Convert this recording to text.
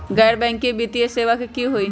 गैर बैकिंग वित्तीय सेवा की होअ हई?